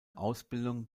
ausbildung